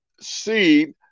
seed